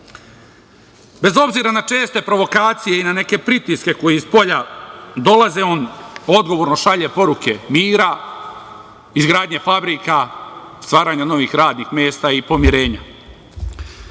Bez obzira na česte provokacije i na neke pritiske koji spolja dolaze, on odgovorno šalje poruke mira, izgradnje fabrika, stvaranja novih radnih mesta i pomirenja. Odgovoran